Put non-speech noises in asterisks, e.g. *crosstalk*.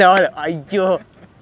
*laughs*